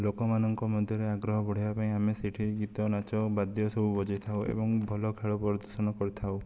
ଲୋକମାନଙ୍କ ମଧ୍ୟରେ ଆଗ୍ରହ ବଢ଼େଇବା ପାଇଁ ଆମେ ସେଇଠି ଗୀତ ନାଚ ବାଦ୍ୟ ସବୁ ବଜେଇଥାଉ ଏବଂ ଭଲ ଖେଳ ପରିଦର୍ଶନ କରିଥାଉ